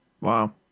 Wow